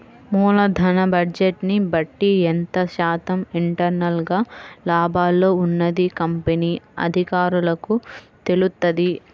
మూలధన బడ్జెట్ని బట్టి ఎంత శాతం ఇంటర్నల్ గా లాభాల్లో ఉన్నది కంపెనీ అధికారులకు తెలుత్తది